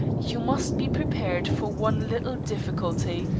you must be prepared for one little difficulty.